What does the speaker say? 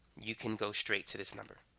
you can go straight to this number.